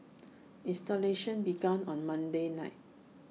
installations began on Monday night